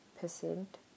percent